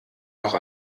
noch